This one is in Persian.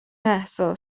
مهسا